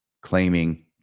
claiming